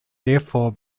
therefore